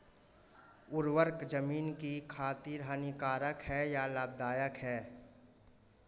उर्वरक ज़मीन की खातिर हानिकारक है या लाभदायक है?